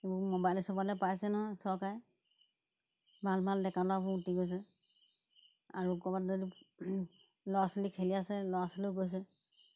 এইবোৰ ম'বাইলে চবাইলে পাইছে নহয় চৰকাৰে ভাল ভাল ডেকা ল'ৰাবোৰ উটি গৈছে আৰু ক'ৰবাত যদি ল'ৰা ছোৱালী খেলি আছে ল'ৰা ছোৱালীও গৈছে